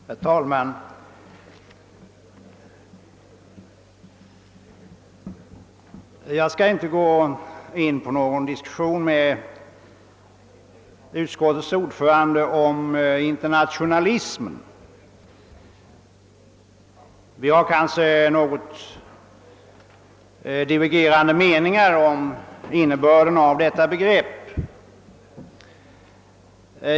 Herr talman! Jag skall inte gå in på någon diskussion med utskottets ordförande om internationalism. Vi har kanske något divergerande meningar om innebörden av detta begrepp.